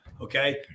Okay